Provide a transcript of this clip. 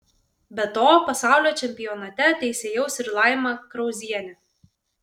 be to pasaulio čempionate teisėjaus ir laima krauzienė